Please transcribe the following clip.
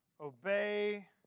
obey